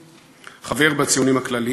היה איש פוליטי: חבר פעיל בציונים הכלליים,